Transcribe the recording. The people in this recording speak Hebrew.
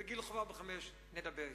בגיל חובה, גיל חמש, נדבר אתכן.